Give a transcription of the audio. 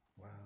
Wow